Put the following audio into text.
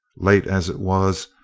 late as it was,